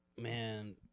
Man